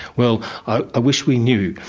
well i wish we knew.